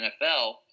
NFL